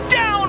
Down